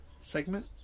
segment